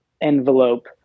envelope